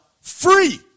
free